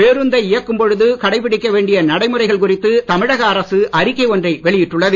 பேருந்தை இயக்கும் பொழுது கடைபிடிக்க வேண்டிய நடைமுறைகள் குறித்து தமிழக அரசு அறிக்கை ஒன்றை வெளியிட்டுள்ளது